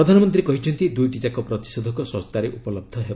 ପ୍ରଧାନମନ୍ତ୍ରୀ କହିଛନ୍ତି ଦୁଇଟିଯାକ ପ୍ରତିଷେଧକ ଶସ୍ତାରେ ଉପଲବ୍ଧ ହେବ